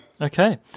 Okay